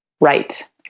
right